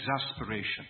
exasperation